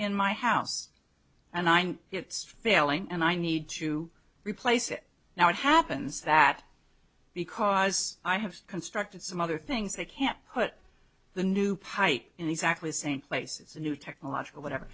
in my house and i know it's failing and i need to replace it now it happens that because i have constructed some other things they can't put the new height and exactly the same places new technological whatever